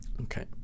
Okay